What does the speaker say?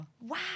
Wow